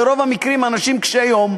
וברוב המקרים אלה אנשים קשי יום,